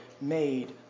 made